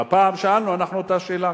והפעם שאלנו אנחנו את אותה שאלה,